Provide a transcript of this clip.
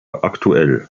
aktuell